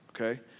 okay